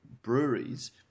Breweries